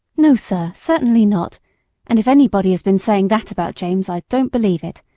no, sir, certainly not and if anybody has been saying that about james, i don't believe it,